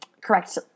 correct